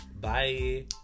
bye